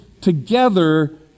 together